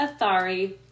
Athari